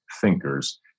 thinkers